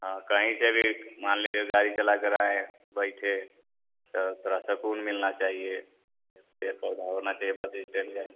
हाँ कहीं से भी मान लीजिए गाड़ी चलाकर आएँ बइठे तो थोड़ा सकून मिलना चाहिए पेर पौधा होना चाहिए बस इस्टैंड में